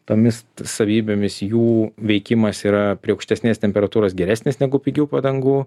tomis savybėmis jų veikimas yra prie aukštesnės temperatūros geresnis negu pigių padangų